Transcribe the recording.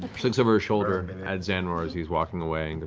looks over her shoulder and and at zanror as he's walking away and goes,